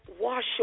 Wash